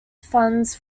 funds